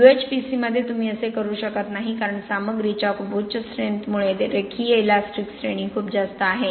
UHPC मध्ये तुम्ही असे करू शकत नाही कारण सामग्रीच्या खूप उच्च स्ट्रेंथ मुळे रेखीय इलॅस्टिक श्रेणी खूप जास्त आहे